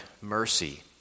mercy